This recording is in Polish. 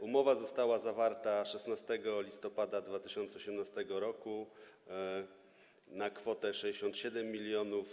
Umowa została zawarta 16 listopada 2018 r. na kwotę 67 mln.